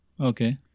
Okay